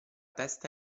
testa